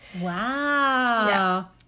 Wow